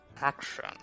action